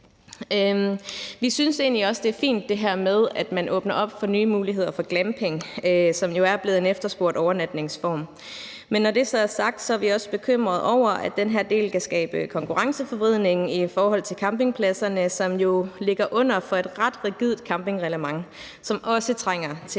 egentlig også, at det her med, at man åbner op for nye muligheder for glamping, som jo er blevet en efterspurgt overnatningsform, er fint, men når det så er sagt, er vi også bekymret over, at den her del kan skabe konkurrenceforvridning i forhold til campingpladserne, som jo ligger under for et ret rigidt campingreglement, som også trænger til